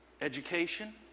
education